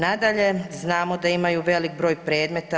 Nadalje, znamo da imaju velik broj predmeta.